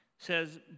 says